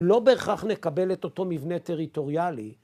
‫לא בהכרח נקבל את אותו ‫מבנה טריטוריאלי.